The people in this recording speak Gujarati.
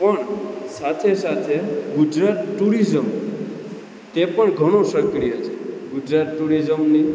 પણ સાથે સાથે ગુજરાત ટુરિઝમ તે પણ ઘણું સક્રિય છે ગુજરાત ટુરિઝમની